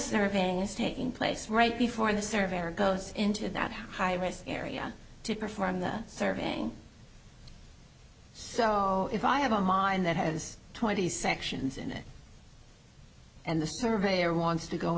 surveying is taking place right before the surveyor goes into that high risk area to perform the surveying so if i have a mind that has twenty sections in it and the surveyor wants to go